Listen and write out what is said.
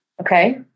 Okay